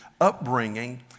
upbringing